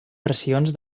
versions